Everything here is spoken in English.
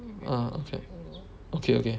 ah okay okay okay